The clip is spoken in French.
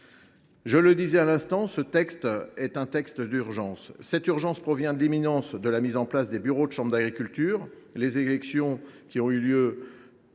Je le disais à l’instant, ce texte est un texte d’urgence. Cette urgence provient de l’imminence de la mise en place des bureaux des chambres d’agriculture : les élections, qui ont lieu